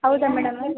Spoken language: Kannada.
ಹೌದಾ ಮೇಡಮು